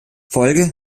folge